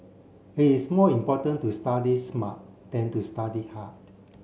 it is more important to study smart than to study hard